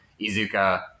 Izuka